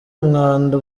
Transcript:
umwanda